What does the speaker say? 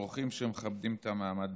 האורחים שמכבדים את המעמד,